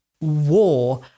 war